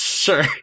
Sure